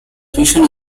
fusion